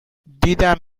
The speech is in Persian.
دیدم